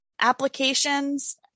applications